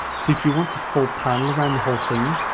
so if you want a full panel around the whole thing,